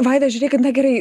vaida žiūrėkit na gerai